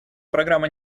программа